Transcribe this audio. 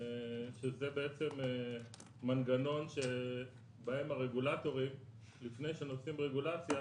שזה מנגנון שבו הרגולטורים לפני שעושים רגולציה